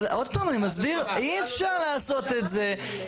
אבל עוד פעם אני מסביר, אי אפשר לעשות את זה.